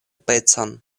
pecon